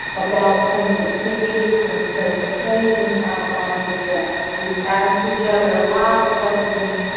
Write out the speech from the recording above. about points of interest from presentations, outlines, and drafts. we asked each other a lot of questions,